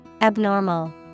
Abnormal